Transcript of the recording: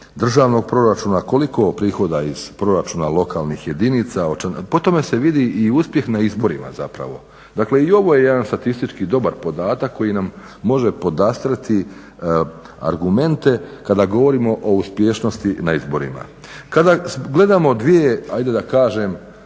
državnog proračuna, koliko prihoda iz proračuna lokalnih jedinica. Po tome se vidi i uspjeh na izborima zapravo, dakle i ovo je jedan statistički dobar podatak koji nam može podastrijeti argumente kada govorimo o uspješnosti na izborima. Kada gledamo dvije, ajde da kažem,